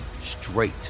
straight